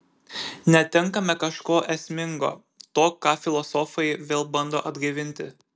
netenkame kažko esmingo to ką filosofai vėl bando atgaivinti